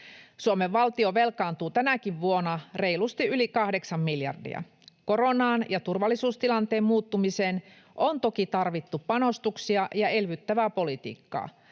Suomen valtio velkaantuu tänäkin vuonna reilusti yli kahdeksan miljardia. Koronaan ja turvallisuustilanteen muuttumiseen on toki tarvittu panostuksia ja elvyttävää politiikkaa.